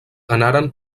anaren